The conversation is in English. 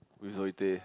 with ZoeTay